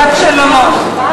יוזמת שלום.